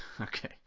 Okay